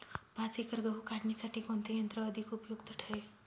पाच एकर गहू काढणीसाठी कोणते यंत्र अधिक उपयुक्त ठरेल?